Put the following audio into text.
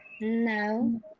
No